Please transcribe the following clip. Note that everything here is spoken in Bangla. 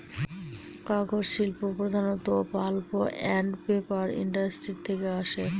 কাগজ শিল্প প্রধানত পাল্প আন্ড পেপার ইন্ডাস্ট্রি থেকে আসে